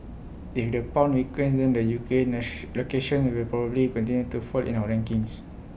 if the pound weakens then the U K locations will probably continue to fall in our rankings